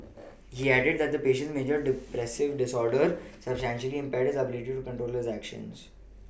he added that his patient's major depressive disorder substantially impaired his ability to control his actions